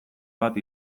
bat